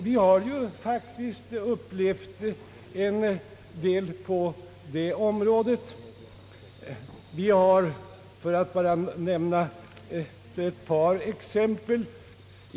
Vi har faktiskt upplevt en del på det området — jag skall bara nämna ett par exempel.